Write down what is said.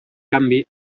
canvi